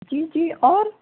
جی جی اور